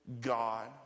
God